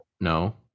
no